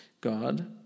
God